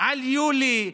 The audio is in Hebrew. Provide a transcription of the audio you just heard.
על יולי: